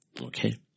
okay